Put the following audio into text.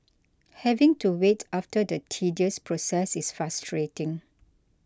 having to wait after the tedious process is frustrating